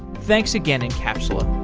thanks again encapsula